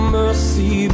mercy